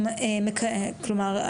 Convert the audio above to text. כלומר,